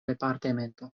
departemento